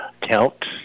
count